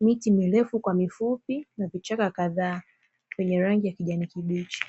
miti mirefu kwa mifupi na vichaka kadhaa vyenye rangi ya kijani kibichi.